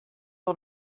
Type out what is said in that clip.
oan